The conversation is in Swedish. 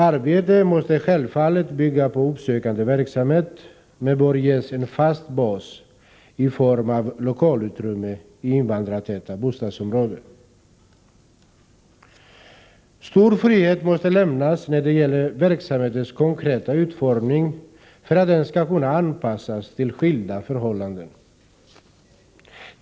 Arbetet måste självfallet bygga på uppsökande verksamhet men bör ges en fast bas i form av lokalutrymme i invandrartäta bostadsområden. Stor frihet måste lämnas när det gäller verksamhetens konkreta utformning för att den skall kunna anpassas till skilda förhållanden.